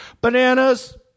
Bananas